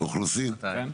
מתי?